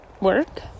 work